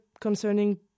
concerning